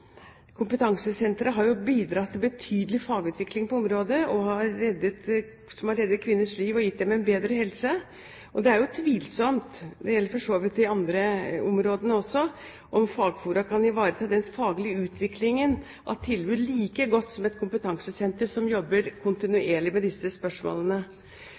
gitt dem en bedre helse. Det er tvilsomt – det gjelder for så vidt de andre områdene også – om fagfora kan ivareta den faglige utviklingen av tilbud like godt som et kompetansesenter som jobber kontinuerlig med disse spørsmålene.